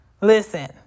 listen